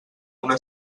una